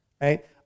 right